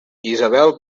isabel